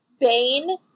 Bane